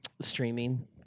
streaming